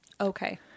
Okay